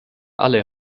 alle